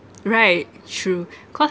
right true cause